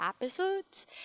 episodes